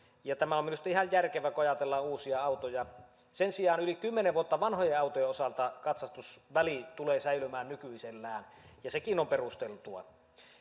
ja tämä on minusta ihan järkevää kun ajatellaan uusia autoja sen sijaan yli kymmenen vuotta vanhojen autojen osalta katsastusväli tulee säilymään nykyisellään ja sekin on perusteltua